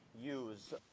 use